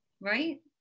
Right